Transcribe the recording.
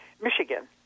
Michigan